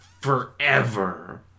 forever